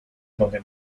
donde